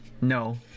no